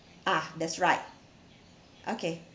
ah that's right okay